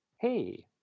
hey